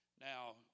Now